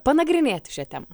panagrinėti šią temą